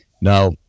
Now